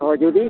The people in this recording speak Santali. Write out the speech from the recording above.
ᱦᱳᱭ ᱡᱩᱫᱤ